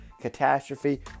catastrophe